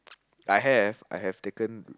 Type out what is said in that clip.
I have I have taken